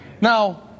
Now